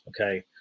okay